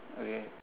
okay